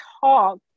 talk